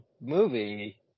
movie